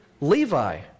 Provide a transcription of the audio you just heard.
Levi